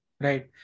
Right